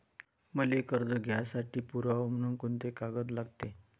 मले कर्ज घ्यासाठी पुरावा म्हनून कुंते कागद लागते?